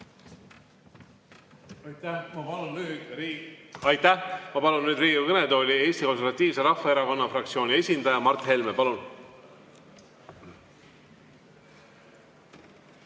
Aitäh! Ma palun Riigikogu kõnetooli Eesti Konservatiivse Rahvaerakonna fraktsiooni esindaja Mart Helme. Palun!